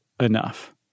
enough